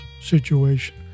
situation